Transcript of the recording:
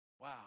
Wow